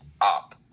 up